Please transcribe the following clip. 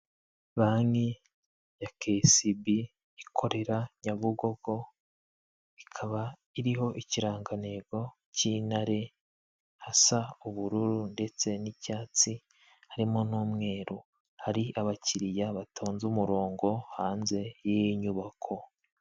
Banki ya kesibi ikorera Nyabugogo, ikaba iriho ikirangantego cy'intare hasa ubururu ndetse n'icyatsi, harimo n'umweru hari abakiriya batonze umurongo hanze y'iyi nyubako.